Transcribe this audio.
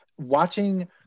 watching